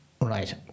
right